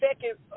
second